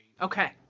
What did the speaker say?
Okay